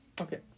Okay